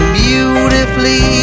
beautifully